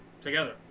together